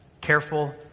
Careful